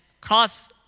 cross